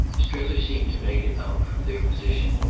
strether seemed to make it out, from their position,